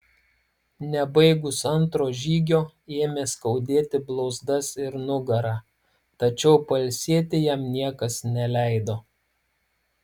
nebaigus antro žygio ėmė skaudėti blauzdas ir nugarą tačiau pailsėti jam niekas neleido